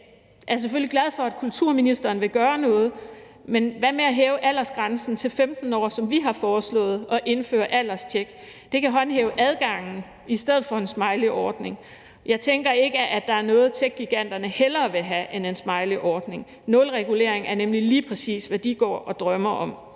Jeg er selvfølgelig glad for, at kulturministeren vil gøre noget, men hvad med at hæve aldersgrænsen til 15 år, som vi har foreslået, og indføre alderstjek i stedet for en smileyordning? Det kan håndhæve adgangen. Jeg tænker ikke, at der er noget, techgiganterne hellere vil have end en smileyordning. Nul regulering er nemlig lige præcis, hvad de går og drømmer om.